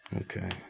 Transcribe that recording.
Okay